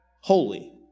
holy